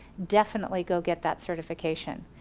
definitely go get that certification.